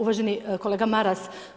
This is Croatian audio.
Uvaženi kolega Maras.